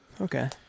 Okay